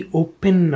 open